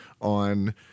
on